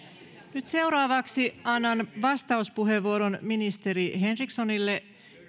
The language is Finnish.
nyt seuraavaksi annan vastauspuheenvuoron ministeri henrikssonille